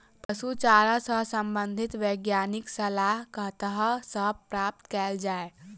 पशु चारा सऽ संबंधित वैज्ञानिक सलाह कतह सऽ प्राप्त कैल जाय?